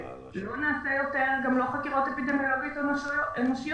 לא נעשה יותר גם לא חקירות אפידמיולוגיות אנושיות,